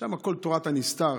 שם כל תורת הנסתר,